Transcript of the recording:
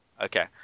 okay